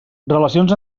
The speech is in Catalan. relacions